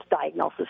diagnosis